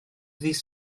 ddydd